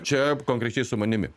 čia konkrečiai su manimi